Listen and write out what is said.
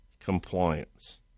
compliance